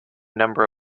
number